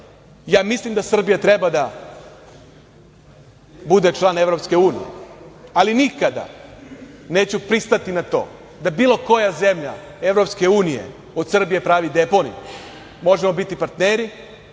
mislim da Srbija treba da bude član EU, ali nikada neću pristati na to da bilo koja zemlja EU od Srbije pravi deponiju, možemo biti partneri,